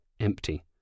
empty